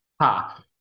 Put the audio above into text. Ha